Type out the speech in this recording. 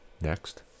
next